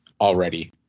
already